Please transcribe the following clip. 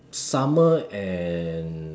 summer and